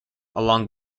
along